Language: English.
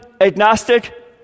agnostic